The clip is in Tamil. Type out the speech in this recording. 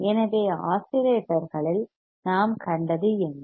எனவே ஆஸிலேட்டர்களில் நாம் கண்டது என்ன